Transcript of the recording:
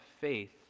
faith